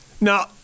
Now